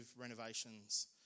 renovations